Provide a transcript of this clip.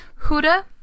Huda